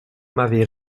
m’avez